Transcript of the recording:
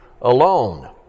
alone